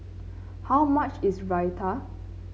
how much is Raita